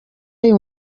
ayo